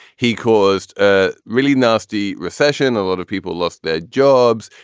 he caused a really nasty recession. a lot of people lost their jobs.